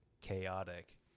chaotic